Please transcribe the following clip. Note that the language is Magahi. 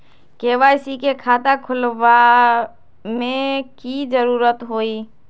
के.वाई.सी के खाता खुलवा में की जरूरी होई?